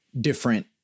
different